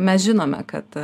mes žinome kad